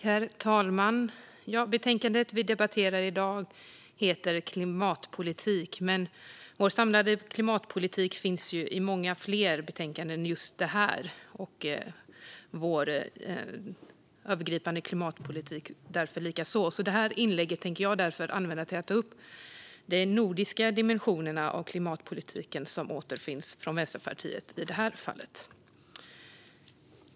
Herr talman! Betänkandet vi debatterar heter Klimatpolitik , men vår samlade klimatpolitik finns i många fler betänkanden än just detta. Det gäller likaså vår övergripande klimatpolitik. Det här inlägget tänker jag därför använda till att ta upp de nordiska dimensionerna av klimatpolitiken som återfinns från Vänsterpartiet i det här fallet.